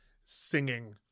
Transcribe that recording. singing